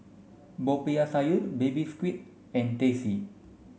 Popiah Sayur baby squid and Teh C